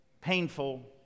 painful